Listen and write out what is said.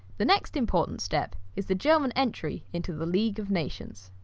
the next important step is the german entry into the league of nations.